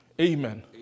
Amen